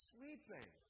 Sleeping